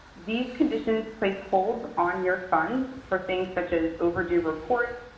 these conditions place holds on your funds for things such as overdue reports,